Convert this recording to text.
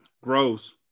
Gross